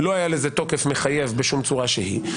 לא היה לזה תוקף מחייב בשום צורה שהיא,